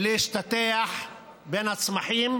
ולהשתטח בין הצמחים